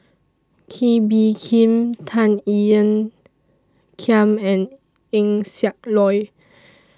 Kee Bee Khim Tan Ean Kiam and Eng Siak Loy